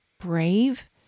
brave